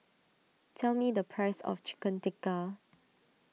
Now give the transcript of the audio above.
tell me the price of Chicken Tikka